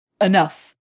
Enough